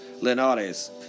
Linares